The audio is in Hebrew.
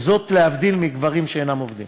וזאת להבדיל מגברים שאינם עובדים.